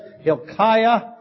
Hilkiah